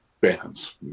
bands